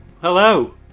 Hello